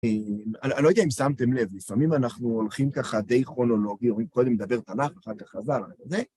אני לא יודע אם שמתם לב, לפעמים אנחנו הולכים ככה די כרונולוגי, קודם מדבר תנ״ך, אחר כך חז"ל, וזה.